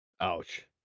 Ouch